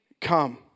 come